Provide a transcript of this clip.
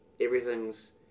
everything's